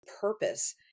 purpose